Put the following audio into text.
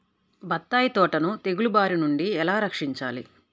బత్తాయి తోటను తెగులు బారి నుండి ఎలా రక్షించాలి?